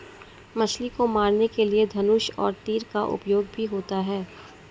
मछली को मारने के लिए धनुष और तीर का उपयोग भी होता है